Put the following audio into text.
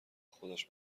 خودش